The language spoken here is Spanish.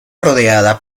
rodeada